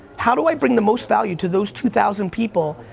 how do i bring the most value to those two thousand people,